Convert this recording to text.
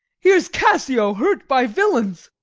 here's cassio hurt by villains.